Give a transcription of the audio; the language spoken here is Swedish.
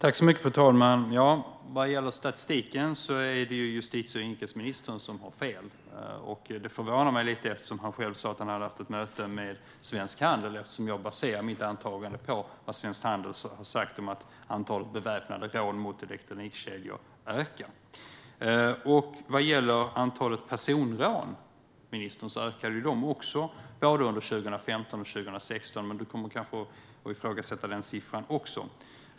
Fru talman! Vad gäller statistiken är det justitie och inrikesministern som har fel. Det förvånar mig lite, eftersom han själv sa att han hade haft ett möte med Svensk Handel och eftersom jag baserar mitt antagande på vad Svensk Handel har sagt om att antalet väpnade rån mot elektronikkedjor ökar. Vad gäller antalet personrån, ministern, ökade de också under både 2015 och 2016, men ministern kanske kommer att ifrågasätta den siffran också.